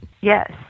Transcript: Yes